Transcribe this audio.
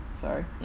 Sorry